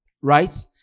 Right